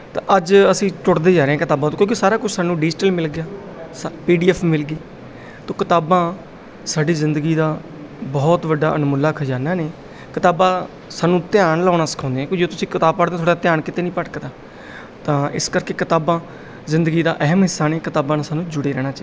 ਤਾਂ ਅੱਜ ਅਸੀਂ ਟੁੱਟਦੇ ਜਾ ਰਹੇ ਹਾਂ ਕਿਤਾਬਾਂ ਤੋਂ ਕਿਉਂਕਿ ਸਾਰਾ ਕੁਝ ਸਾਨੂੰ ਡਿਜੀਟਲ ਮਿਲ ਗਿਆ ਸ ਪੀ ਡੀ ਐਫ ਮਿਲ ਗਈ ਤੋ ਕਿਤਾਬਾਂ ਸਾਡੀ ਜ਼ਿੰਦਗੀ ਦਾ ਬਹੁਤ ਵੱਡਾ ਅਣਮੁੱਲਾ ਖਜ਼ਾਨਾ ਨੇ ਕਿਤਾਬਾਂ ਸਾਨੂੰ ਧਿਆਨ ਲਾਉਣਾ ਸਿਖਾਉਂਦੇ ਕਿ ਜਦੋਂ ਤੁਸੀਂ ਕਿਤਾਬ ਪੜ੍ਹਦੇ ਹੋ ਤੁਹਾਡਾ ਧਿਆਨ ਕਿਤੇ ਨਹੀਂ ਭਟਕਦਾ ਤਾਂ ਇਸ ਕਰਕੇ ਕਿਤਾਬਾਂ ਜ਼ਿੰਦਗੀ ਦਾ ਅਹਿਮ ਹਿੱਸਾ ਨੇ ਕਿਤਾਬਾਂ ਨਾਲ ਸਾਨੂੰ ਜੁੜੇ ਰਹਿਣਾ ਚਾਹੀਦਾ ਹੈ